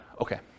Okay